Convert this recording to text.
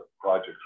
projects